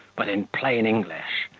but in plain english,